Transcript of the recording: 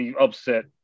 upset